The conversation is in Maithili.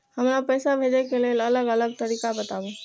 हमरा पैसा भेजै के लेल अलग अलग तरीका बताबु?